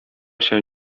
się